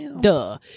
duh